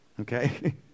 Okay